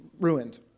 ruined